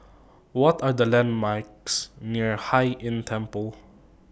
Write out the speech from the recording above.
What Are The landmarks near Hai Inn Temple